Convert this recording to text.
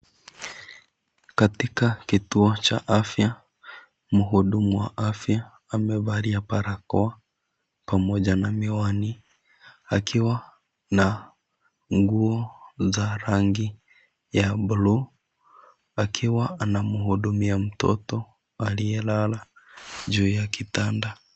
Katika kituo cha afya muhudumu wa afya amevalia barakoa pamoja na miwani akiwa na nguo za rangi ya bluu akiwa anamuhudumia mtoto aliyelala juu ya kitanda.